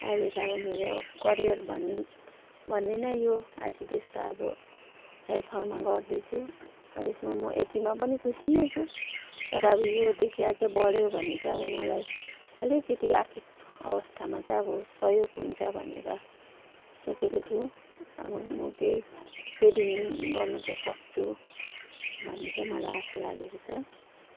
अहिले त अब मेरो करियर भन् भन्ने नै यो आइसिडिएसको अब हेल्परमा गर्दैछु अब यसमा म यतिमा पनि खुसी नै छु तर अब योदेखि अझ बढ्यो भने चाहिँ अब मलाई अलिकति आर्थिक अवस्थामा चाहिँ अब सहयोग हुन्छ भनेर सोचेको छु अब म केही सेभिङ गर्नु चाहिँ सक्छु भन्ने चाहिँ मलाई आशा लागेको छ